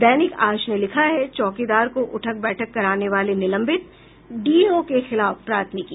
दैनिक आज ने लिखा है चौकीदार को उठक बैठक कराने वाले निलंबित डीएओ के खिलाफ प्राथमिकी